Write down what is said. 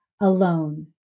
Alone